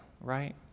Right